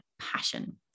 passion